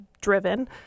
driven